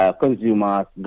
consumers